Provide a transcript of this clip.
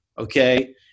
okay